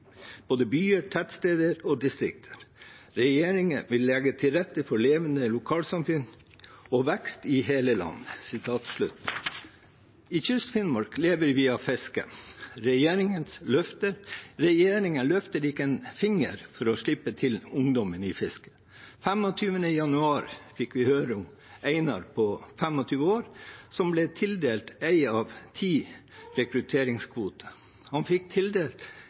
både byer, tettsteder og distrikter. Regjeringen vil legge til rette for levende lokalsamfunn og vekst i hele landet.» I Kyst-Finnmark lever vi av fisken. Regjeringen løfter ikke en finger for å slippe til ungdommen i fiskerinæringen. Den 25. januar fikk vi høre om Einar på 25 år som ble tildelt én av ti rekrutteringskvoter. Han ble tildelt